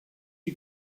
die